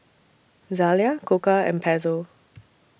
Zalia Koka and Pezzo